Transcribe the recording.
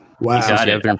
Wow